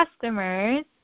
customers